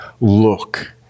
look